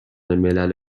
ملل